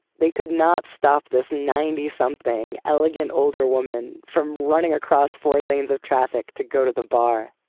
they could not stop this ninety something, elegant older woman from running across four lanes of traffic to go to the bar.